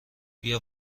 بیا